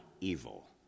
evil